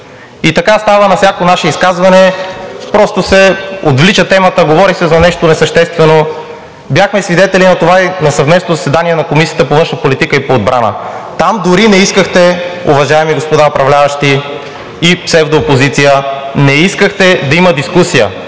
И така става на всяко наше изказване – просто се отвлича темата, говори се за нещо несъществено… Бяхме свидетели на това и на съвместното заседание на Комисията по външна политика и Комисията по отбрана. Там дори не искахте, уважаеми господа управляващи и псевдоопозиция, не искахте да има дискусия.